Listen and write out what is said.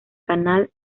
canal